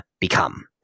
become